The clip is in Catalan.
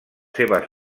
seves